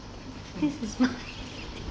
this is mine